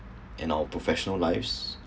and our professional lives